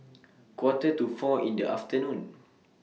Quarter to four in The afternoon